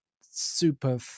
super